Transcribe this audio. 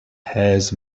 has